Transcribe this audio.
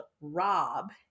rob